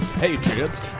patriots